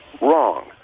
Wrong